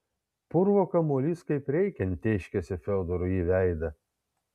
purvo kamuolys kaip reikiant tėškėsi fiodorui į veidą